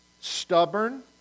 stubborn